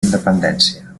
independència